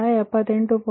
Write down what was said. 4 to 78